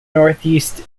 northeast